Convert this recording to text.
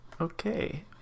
okay